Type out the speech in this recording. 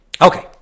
Okay